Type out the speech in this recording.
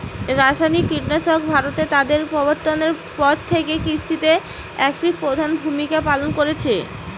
রাসায়নিক কীটনাশক ভারতে তাদের প্রবর্তনের পর থেকে কৃষিতে একটি প্রধান ভূমিকা পালন করেছে